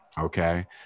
Okay